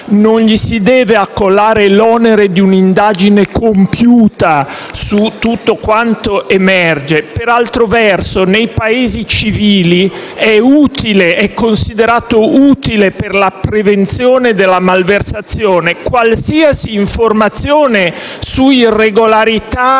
Non gli si può accollare l'onere di un'indagine compiuta su tutto quanto emerge. Per altro verso, nei Paesi civili è considerato utile per la prevenzione della malversazione qualsiasi informazione su irregolarità